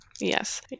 yes